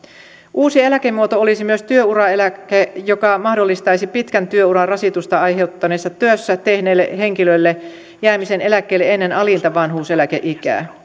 uusi eläkemuoto olisi myös työuraeläke joka mahdollistaisi pitkän työuran rasitusta aiheuttaneessa työssä tehneelle henkilölle jäämisen eläkkeelle ennen alinta vanhuuseläkeikää